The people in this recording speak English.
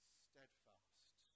steadfast